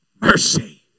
mercy